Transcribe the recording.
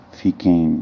fiquem